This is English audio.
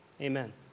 Amen